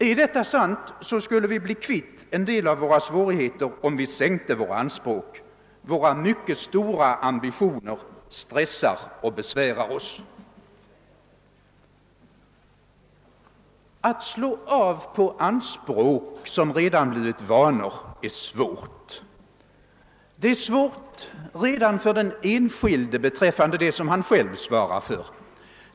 Är detta sant, skulle vi bli kvitt en del av våra svårigheter, om vi sänkte våra anspråk. Våra mycket stora ambitioner stressar och besvärar Oss. Att slå av på anspråk som blivit vanor är svårt. Det är svårt redan för den enskilde beträffande det som han själv svarar för.